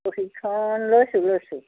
ৰচিদখন লৈছোঁ লৈছোঁ